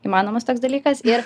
įmanomas toks dalykas ir